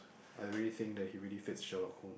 I really think that he really fits Sherlock-Holmes